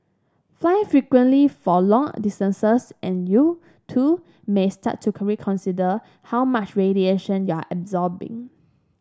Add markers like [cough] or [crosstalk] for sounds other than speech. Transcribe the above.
fly frequently for long distances and you too may start to [unintelligible] consider how much radiation you're absorbing